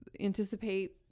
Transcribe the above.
anticipate